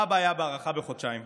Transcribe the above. מה הבעיה בהארכה בחודשיים?